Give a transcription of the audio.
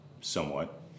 somewhat